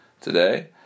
today